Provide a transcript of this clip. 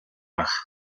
байх